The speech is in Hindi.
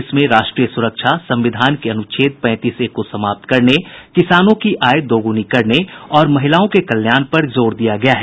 इसमें राष्ट्रीय सुरक्षा संविधान के अनुच्छेद पैंतीस ए को समाप्त करने किसानों की आय दुगुनी करने और महिलाओं के कल्याण पर जोर दिया गया है